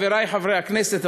חברי חברי הכנסת,